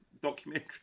documentary